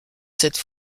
cette